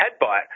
headbutt